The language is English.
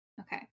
Okay